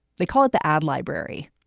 they call it the ad library.